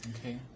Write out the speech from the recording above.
Okay